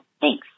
Thanks